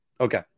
Okay